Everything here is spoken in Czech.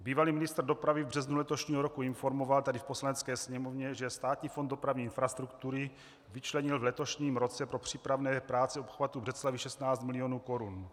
Bývalý ministr dopravy v březnu letošního roku informoval tady v Poslanecké sněmovně, že Státní fond dopravní infrastruktury vyčlenil v letošním roce pro přípravné práce obchvatu v Břeclavi 16 milionů korun.